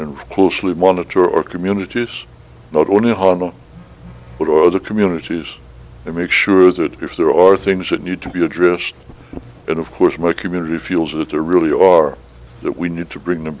and closely monitor or communities not only on the other communities i make sure that if there are things that need to be addressed and of course my community feels that there really are that we need to bring the